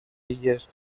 illes